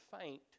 faint